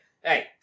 hey